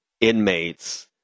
inmates